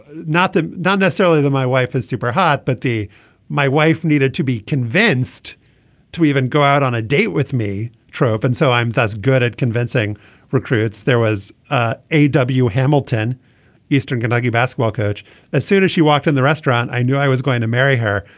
not done necessarily that my wife is super hot but the my wife needed to be convinced to even go out on a date with me. trope and so i am thus good at convincing recruits. there was ah a w. hamilton eastern kentucky basketball coach as soon as she walked in the restaurant. i knew i was going to marry her.